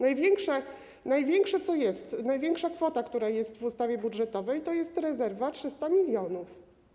Największe, co jest, największa kwota, która jest w ustawie budżetowej, to jest rezerwa 300 mln.